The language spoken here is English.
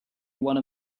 one